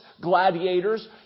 gladiators